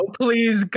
please